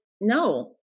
no